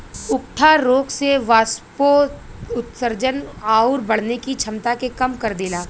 उकठा रोग से वाष्पोत्सर्जन आउर बढ़ने की छमता के कम कर देला